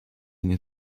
nie